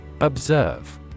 Observe